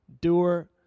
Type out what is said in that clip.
doer